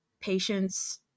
patience